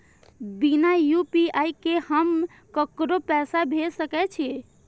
बिना यू.पी.आई के हम ककरो पैसा भेज सके छिए?